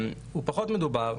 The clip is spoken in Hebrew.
הוא פחות מדובר.